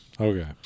Okay